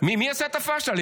מי עשה את הפשלה?